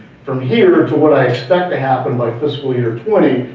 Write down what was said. from here to what i expect to happen by fiscal year twenty,